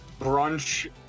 brunch